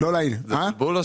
זה בלבול?